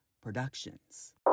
Productions